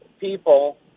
people